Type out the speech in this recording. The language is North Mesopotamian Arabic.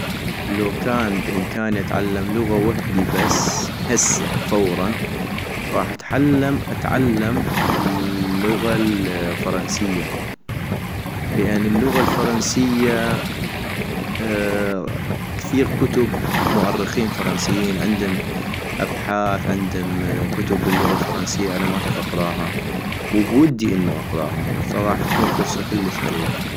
لو كان بإمكاني اتعلم لغة وحدي بس هسه فورأ غاح اتحلم-اتعلم اللغة الفرنسية ، لان اللغة الفرنسية كثيغ كتب مؤرخين فرنسيين عندم أبحاث عندم كتب باللغة الفرنسية أنا ما اطيق اقراها ، وبودي انو اقراها فغاح تكون فرصة كلش حلوي